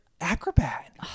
Acrobat